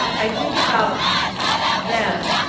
i think about them.